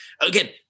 Again